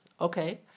Okay